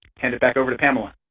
hand it back over to pamela.